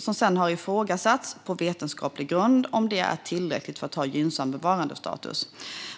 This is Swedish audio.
Det har sedan på vetenskaplig grund ifrågasatts om detta antal är tillräckligt för att ha gynnsam bevarandestatus.